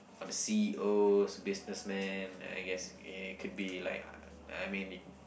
or the c_e_o businessman I guess it could be like I mean it